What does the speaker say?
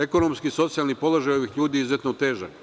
Ekonomski i socijalan položaj ovih ljudi je izuzetno težak.